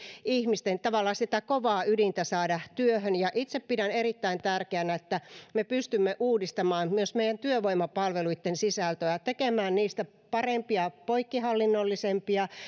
ihmisten kovaa ydintä saada työhön ja itse pidän erittäin tärkeänä sitä että me pystymme uudistamaan myös meidän työvoimapalveluitten sisältöä tekemään niistä parempia poikkihallinnollisempia